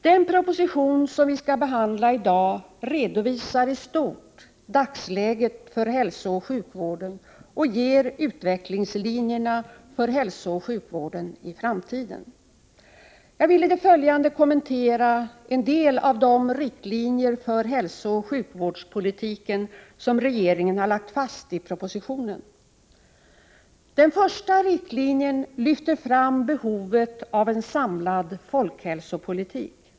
Den proposition som vi skall behandla i dag redovisar i stort dagsläget för hälsooch sjukvården och ger utvecklingslinjerna för hälsooch sjukvården i framtiden. Jag vill i det följande kommentera vissa av de riktlinjer för hälsooch sjukvårdspolitiken som regeringen har lagt fast i propositionen. Den första riktlinjen lyfter fram behovet av en samlad folkhälsopolitik.